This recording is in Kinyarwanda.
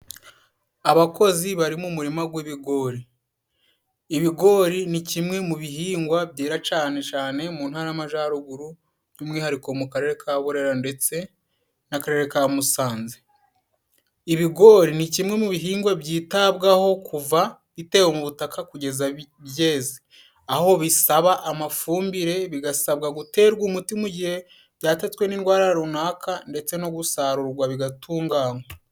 Abakozi bari mu murima w'ibigori, ibigori ni kimwe mu bihingwa byera cyane cyane mu Ntara y'Amajyaruguru, by'umwihariko mu Karere ka Burera, ndetse n'Akarere ka Musanze. Ibigori ni kimwe mu bihingwa byitabwaho kuva bitewe mu butaka kugeza byeze, aho bisaba amafumbire, bigasabwa guterwa umuti mu gihe byatatswe n'indwara runaka, ndetse no gusarurwa, bigatunganywa.